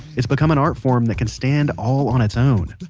it's become an art form that can stand all on its own.